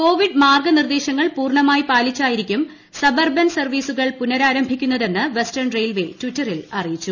Covid മാർഗ്ഗനിർദ്ദേശ ങ്ങൾ പൂർണ്ണമായി പാലിച്ചായിരിക്കും സബർബൻ സർവ്വീസുകൾ പുനരാംരഭിക്കുന്നതെന്ന് വെസ്റ്റേൺ റെയിൽവേ ട്വിറ്ററിൽ അറിയിച്ചു